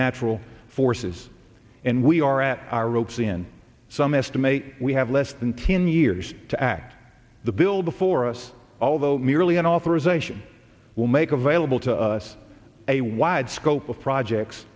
natural forces and we are at our ropes in some estimate we have less than ten years to act the bill before us although merely an authorization will make available to us a wide scope of projects